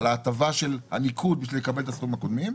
על ההטבה של הניקוד בשביל לקבל את הסכומים הקודמים,